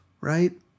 right